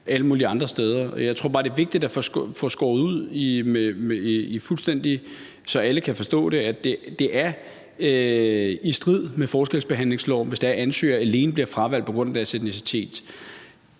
alle mulige andre steder. Jeg tror bare, det er vigtigt at få det skåret ud, så alle kan forstå det, at det er i strid med forskelsbehandlingsloven, hvis det er sådan, at ansøgere alene bliver fravalgt på grund af deres etnicitet.